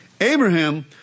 Abraham